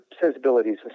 sensibilities